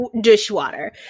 dishwater